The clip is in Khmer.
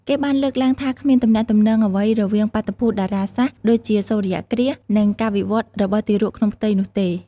គេបានលើកឡើងថាគ្មានទំនាក់ទំនងអ្វីរវាងបាតុភូតតារាសាស្ត្រដូចជាសូរ្យគ្រាស និងការវិវត្តរបស់ទារកក្នុងផ្ទៃនោះទេ ។